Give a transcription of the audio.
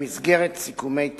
במסגרת סיכומי טענותיו.